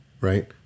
right